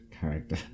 character